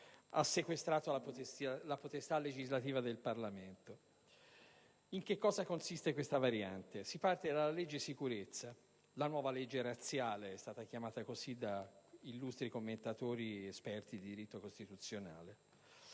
ha sequestrato la potestà legislativa del Parlamento. Ecco in cosa consiste questa variante: si parte dalla legge sulla sicurezza, la nuova legge razziale (come è stata chiamata da illustri commentatori esperti di diritto costituzionale),